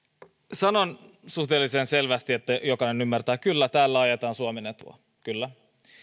sanon suhteellisen selvästi niin että jokainen ymmärtää kyllä täällä ajetaan suomen etua kyllä